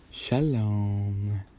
Shalom